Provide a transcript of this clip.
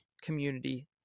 community